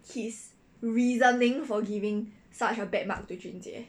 his reasoning for giving such a bad mark to jun jie